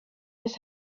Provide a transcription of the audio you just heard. his